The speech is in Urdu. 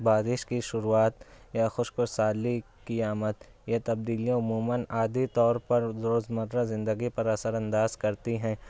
بارش کی شروعات یا خشک سالی کی آمد یہ تبدیلیاں عموماً عادی طور پر روزمرہ زندگی پر اثرانداز کرتی ہیں